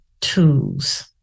tools